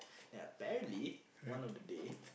ya apparently one of the day